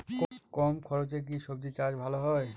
কম খরচে কি সবজি চাষ ভালো হয়?